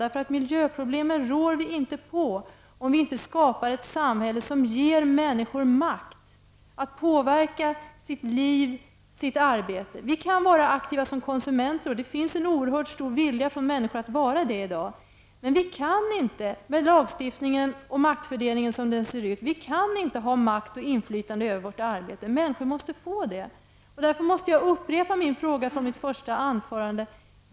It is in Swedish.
Vi rår inte på miljöproblemen om vi inte skapar ett samhälle som ger människor makt att påverka sitt liv och sitt arbete. Vi kan vara aktiva som konsumenter, och det finns en oerhört stor vilja hos människor i dag att vara det. Men som lagstiftningen och maktfördelningen ser ut i dag kan vi inte ha makt och inflytande över vårt arbete. Människorna måste få det inflytandet. Jag måste därför upprepa min fråga från mitt första anförande.